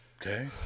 Okay